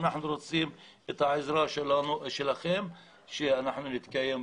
אנחנו רוצים את העזרה שלכם כדי שנוכל להתקיים.